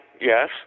yes